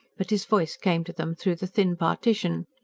but his voice came to them through the thin partition.